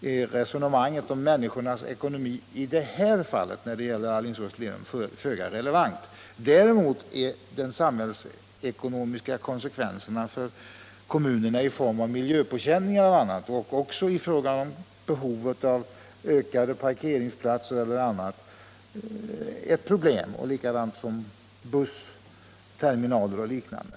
är resonemanget om människornas ekonomi när det gäller trafiken på sträckan Alingsås-Lerum föga relevant. Däremot är de samhällsekonomiska konsekvenserna för kommunerna i form av miljöpåkänningar och annat och även på grund av behovet av fler parkeringsplatser, bussterminaler och liknande ett problem.